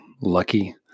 lucky